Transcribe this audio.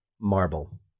Marble